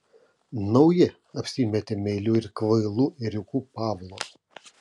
nauji apsimetė meiliu ir kvailu ėriuku pavlo